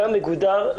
גם מגודר,